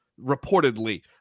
reportedly